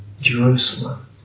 Jerusalem